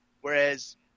Whereas